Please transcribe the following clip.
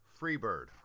Freebird